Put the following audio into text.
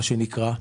מה שנקרא,